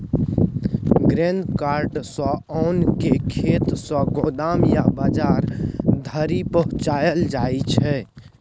grain cart सँ ओन केँ खेत सँ गोदाम या बजार धरि पहुँचाएल जाइ छै